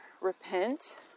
repent